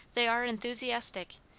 they are enthusiastic,